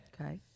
Okay